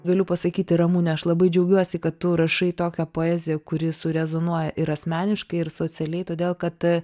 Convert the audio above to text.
galiu pasakyti ramune aš labai džiaugiuosi kad tu rašai tokią poeziją kuri surezonuoja ir asmeniškai ir socialiai todėl kad